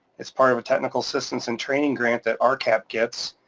it's part of a technical assistance and training grant that ah rcap gets